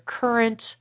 current